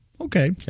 okay